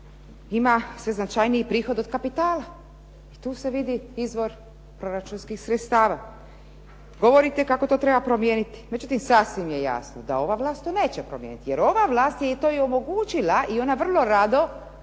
ima sve značajniji prihod od kapitala i tu se vidi izvor proračunskih sredstava. Govorite kako to treba promijeniti, međutim sasvim je jasno da ova vlast to neće promijeniti jer ova vlast je to i omogućila i ona vrlo rado